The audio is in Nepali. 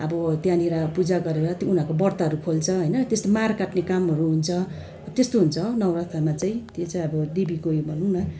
अब त्यहाँनिर पूजा गरेर उनीहरूको व्रतहरू खोल्छ होइन त्यस्तो मारकाटले कामहरू हुन्छ त्यस्तो हुन्छ नौरथामा चाहिँ त्यो चाहिँ अब देवीको यो भनौँ न